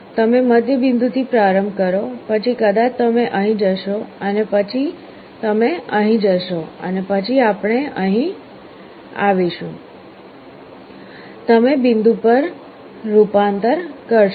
તમે મધ્ય બિંદુથી પ્રારંભ કરો પછી કદાચ તમે અહીં જશો પછી તમે અહીં જશો પછી આપણે અહીં આવીશું તમે બિંદુ પર રૂપાંતર કરશો